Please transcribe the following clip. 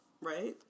right